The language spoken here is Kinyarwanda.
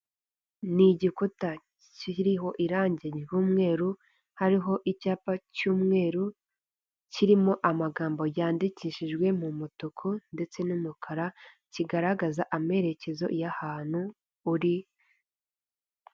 Ni igikuta kiriho irangi ry'umweru, hariho icyapa cy'umweru, kirimo amagambo yandikishijwe mu mutuku ndetse n'umukara, kigaragaza amerekezo y'ahantu uri.